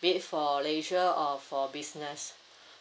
be it for leisure or for business